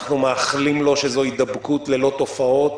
אנחנו מאחלים לו שזאת הידבקות ללא תופעות